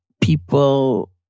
people